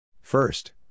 First